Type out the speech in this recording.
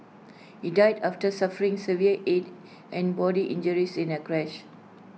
he died after suffering severe Head and body injuries in A crash